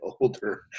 older